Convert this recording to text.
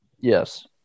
Yes